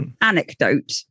anecdote